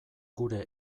gure